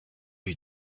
lui